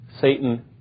Satan